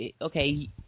Okay